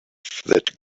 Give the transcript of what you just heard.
that